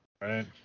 right